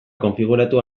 konfiguratu